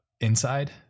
inside